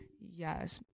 Yes